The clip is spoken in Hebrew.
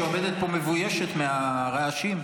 שעומדת פה מבוישת מהרעשים.